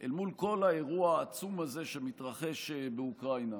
אל מול כל האירוע העצום הזה שמתרחש באוקראינה,